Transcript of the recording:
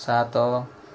ସାତ